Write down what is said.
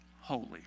holy